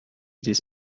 this